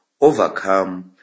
overcome